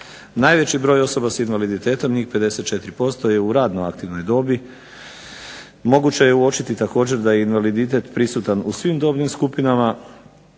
Najveći broj osoba sa invaliditetom njih 54% je u radno aktivnoj dobi. Moguće je uočiti također da je invaliditet prisutan u svim dobnim skupinama,